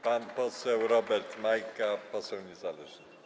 Pan poseł Robert Majka, poseł niezależny.